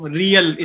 real